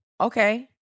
Okay